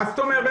מה זאת אומרת?